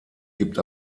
gibt